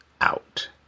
out